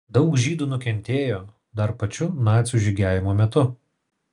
daug žydų nukentėjo dar pačiu nacių žygiavimo metu